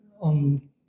on